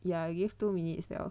more than ya give two minutes 了